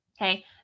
okay